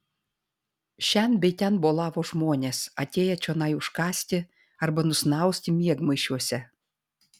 šen bei ten bolavo žmonės atėję čionai užkąsti arba nusnausti miegmaišiuose